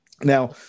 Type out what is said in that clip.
Now